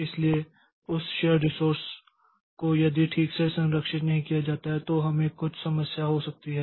इसलिए उस shared resource को यदि ठीक से संरक्षित नहीं किया जाता है तो हमें कुछ समस्या हो सकती है